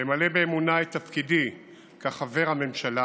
למלא באמונה את תפקידי כחבר הממשלה